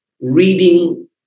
reading